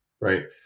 Right